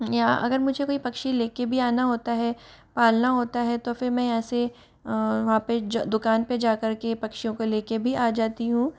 यहाँ अगर मुझे कोई अगर पक्षी लेकर भी आना होता है पालना होता है तो फिर में ऐसे वहां पर दुकान पर जा करके पक्षियों को लेकर भी आ जाती हूँ